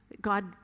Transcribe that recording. God